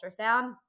ultrasound